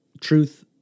Truth